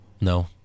No